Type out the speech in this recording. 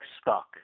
stuck